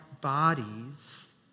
bodies